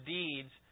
deeds